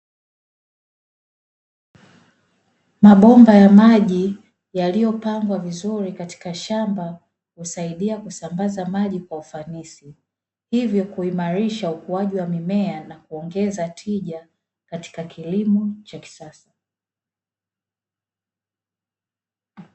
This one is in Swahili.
Mabomba ya maji yaliyopangwa vizuri katika shamba husaidia kusambaza maji kwa ufanisi, hivyo kuimarisha ukuaji wa mimea na kuongeza tija katika kilimo cha kisasa.